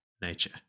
nature